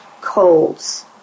colds